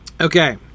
Okay